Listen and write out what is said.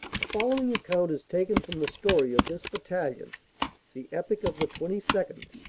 the following account is taken from the story of this bat talion the epic of the twenty second,